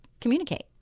communicate